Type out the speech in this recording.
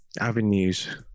avenues